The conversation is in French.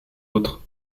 autres